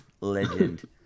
legend